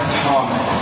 Thomas